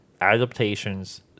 adaptations